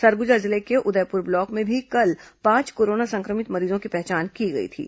सरगुजा जिले के उदयपुर ब्लॉक में भी कल पांच कोरोना संक्रमित मरीजों की पहचान की गई थी